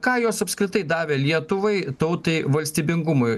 ką jos apskritai davė lietuvai tautai valstybingumui